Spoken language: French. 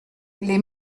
les